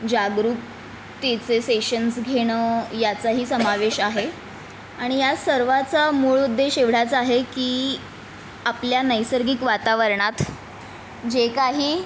जागरूकतेचे sessions घेणं याचाही समावेश आहे आणि या सर्वाचा मूळ उद्देश एवढाच आहे की आपल्या नैसर्गिक वातावरणात जे काही